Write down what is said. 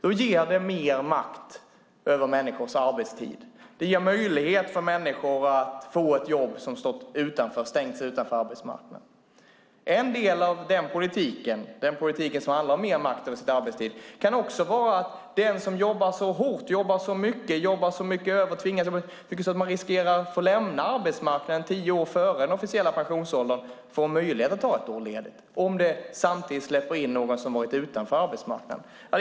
Det ger mer makt över människors arbetstid. Det ger möjlighet för människor som stängts utanför arbetsmarknaden att få ett jobb. En del av den politik som handlar om mer makt över sin arbetstid kan också vara att den som jobbar så hårt, så mycket och så mycket över att den riskerar att få lämna arbetsmarknaden tio år före den officiella pensionsåldern för möjlighet att ta ett år ledigt. Samtidigt släpper man in någon som har varit utanför arbetsmarknaden.